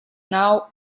now